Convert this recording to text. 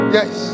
Yes